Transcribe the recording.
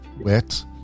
wet